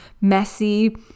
messy